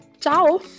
Ciao